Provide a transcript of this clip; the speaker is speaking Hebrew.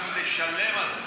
אנחנו נשלם על זה.